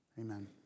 amen